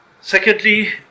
secondly